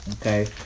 Okay